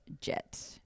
jet